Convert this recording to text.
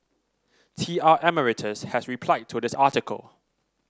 T R Emeritus has replied to this article